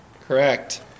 Correct